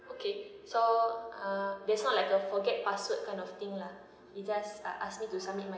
okay so uh it's like a forget password kind of thing lah it just ah ask me to submit my